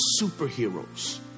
superheroes